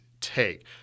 take